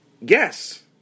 Yes